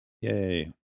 Yay